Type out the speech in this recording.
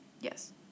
Yes